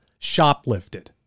shoplifted